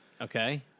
Okay